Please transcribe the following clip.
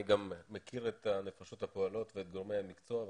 גם מכיר את נפשות הפועלות ואת גורמי המקצוע.